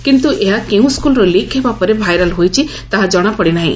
କିନ୍ତୁ ଏହା କେଉଁ ସ୍କୁଲରୁ ଲିକ୍ ହେବା ପରେ ଭାଇରାଲ ହୋଇଛି ତାହା ଜଶାପଡିନାହି